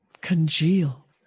congeal